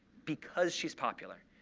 because she's popular.